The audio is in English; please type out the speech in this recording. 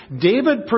David